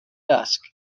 dusk